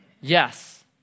Yes